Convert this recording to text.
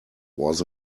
was